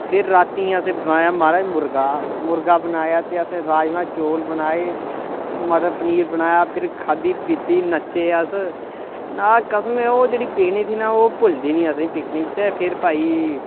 फिर रातीं असें बनाया महाराज मुर्गा मुर्गा बनाया ते असें राजमांह् चौल बनाए मटर पनीर बनाया फिर खाद्धी पीती नच्चे अस ना कसम ऐ ओह् जेह्ड़ी पिकनिक थी ना ओह् भुलदी निं असें गी पिकनिक ते फिर भाई